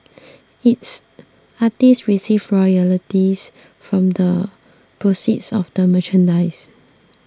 its artists receive royalties from the proceeds of the merchandise